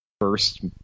first